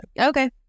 Okay